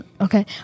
Okay